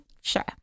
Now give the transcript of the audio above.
Sure